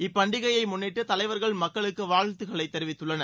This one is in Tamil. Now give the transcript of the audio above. இப்பண்டிகையை முன்னிட்டு தலைவர்கள் மக்களுக்கு வாழ்த்து தெரிவித்துள்ளனர்